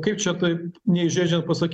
kaip čia taip neįžeidžiant pasakyt